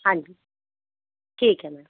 ਹਾਂਜੀ ਠੀਕ ਹੈ ਮੈਮ